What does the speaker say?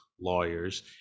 lawyers